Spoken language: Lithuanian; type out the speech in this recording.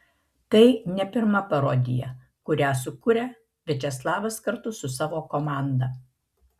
tai ne pirma parodija kurią sukuria viačeslavas kartu su savo komanda